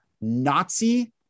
Nazi